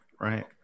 right